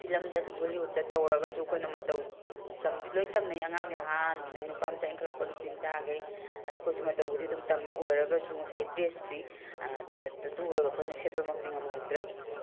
ꯐꯤꯂꯝꯗ ꯍꯣꯂꯤꯋꯨꯠꯇ ꯇꯧꯔꯒꯁꯨ ꯑꯩꯈꯣꯏꯅ ꯃꯇꯧ ꯇꯝꯗꯤ ꯂꯣꯏꯅ ꯇꯝꯅꯩ ꯑꯉꯥꯡ ꯅꯍꯥ ꯑꯗꯩ ꯅꯨꯄꯥ ꯃꯆꯥ ꯏꯪꯈꯠꯂꯛꯄ ꯅꯨꯄꯤ ꯃꯆꯥꯈꯩ ꯑꯩꯈꯣꯏꯁꯨ ꯃꯇꯧꯕꯨꯗꯤ ꯑꯗꯨꯝ ꯇꯝꯃꯦ ꯑꯣꯏꯔꯒꯁꯨ ꯉꯁꯥꯏꯒꯤ ꯗ꯭ꯔꯦꯁꯇꯨꯗꯤ ꯇꯨꯔꯒ ꯑꯩꯈꯣꯏꯅ ꯁꯦꯠꯄꯃꯛꯇꯤ ꯉꯝꯍꯧꯗ꯭ꯔꯦ